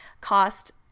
cost